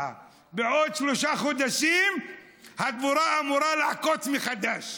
בעוד שלושה חודשים הדבורה אמורה לעקוץ מחדש.